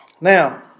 Now